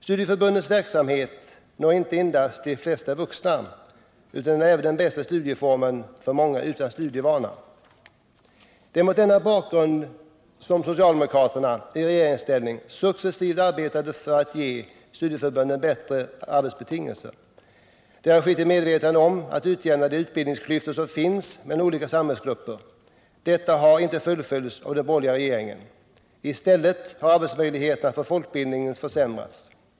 Studieförbundens verksamhet når inte endast de flesta vuxna utan den är även den bästa studieformen för många utan studievana. Det är mot denna bakgrund som socialdemokraterna i regeringsställning successivt arbetade för att ge studieförbunden bättre arbetsbetingelser. Det har skett i medvetande om att utjämna de utbildningsklyftor som finns mellan olika samhällsgrupper. Detta har inte fullföljts av den borgerliga regeringen — i stället har arbetsmöjligheterna för folkbildningen försämrats.